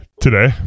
today